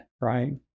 right